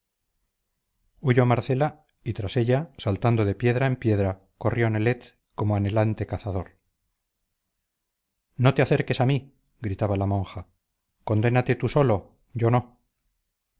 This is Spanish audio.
huyó marcela y tras ella saltando de piedra en piedra corrió nelet como anhelante cazador no te acerques a mí gritaba la monja condénate tú solo yo no